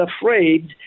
afraid